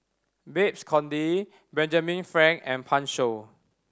Babes Conde Benjamin Frank and Pan Shou